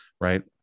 right